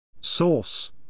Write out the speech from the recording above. Source